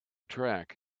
track